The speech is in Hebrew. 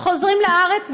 חוזרים לארץ,